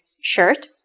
shirt